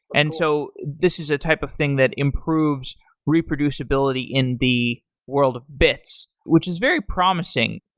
and so this is a type of thing that improves reproducibility in the world of bits, which is very promising.